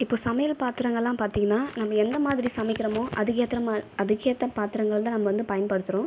இப்போது சமையல் பத்திரங்கள்லாம் பார்த்தீங்கன்னா நம்ம எந்த மாதிரி சமைக்கிறோமோ அதுக்கு ஏற்ற அதுக்கேற்ற பத்திரங்கள் தான் நம்ம வந்து பயன்படுத்துகிறோம்